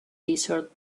desert